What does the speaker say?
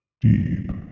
Deep